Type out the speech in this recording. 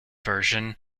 version